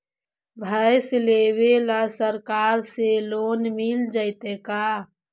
भैंस लेबे ल सरकार से लोन मिल जइतै का?